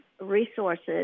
resources